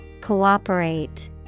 Cooperate